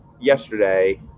yesterday